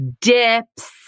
Dips